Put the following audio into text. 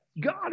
God